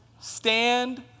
Stand